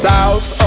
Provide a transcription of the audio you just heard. South